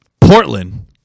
Portland